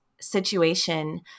situation